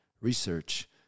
research